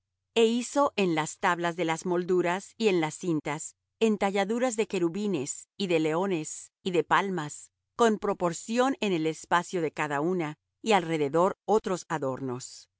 e hizo en las tablas de las molduras y en las cintas entalladuras de querubines y de leones y de palmas con proporción en el espacio de cada una y alrededor otros adornos